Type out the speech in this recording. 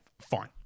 fine